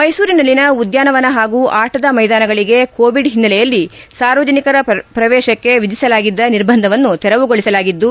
ಮ್ನೆಸೂರಿನಲ್ಲಿನ ಉದ್ಗಾನವನ ಹಾಗೂ ಆಟದ ಮೈದಾನಗಳಿಗೆ ಕೋವಿಡ್ ಹಿನ್ನೆಲೆಯಲ್ಲಿ ಸಾರ್ವಜನಿಕರ ಪ್ರವೇಶಕ್ಷೆ ವಿಧಿಸಲಾಗಿದ್ದ ನಿರ್ಬಂಧವನ್ನು ತೆರವುಗೊಳಿಸಲಾಗಿದ್ದು